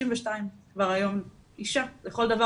היום אישה לכל דבר,